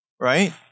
right